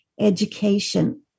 Education